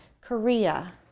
Korea